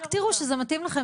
רק תראו שזה מתאים לכם,